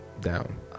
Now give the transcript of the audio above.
down